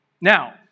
Now